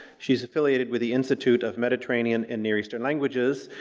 she's affiliated with the institute of mediterranean and near eastern languages,